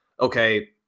okay